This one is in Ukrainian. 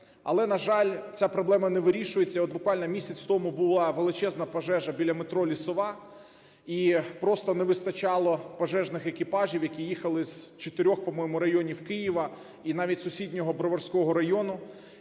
Але, на жаль, ця проблема не вирішується. От буквально місяць тому була величезна пожежа біля метро "Лісова". І просто не вистачало пожежних екіпажів, які їхали з чотирьох, по-моєму, районів Києва, і навіть сусіднього Броварського району.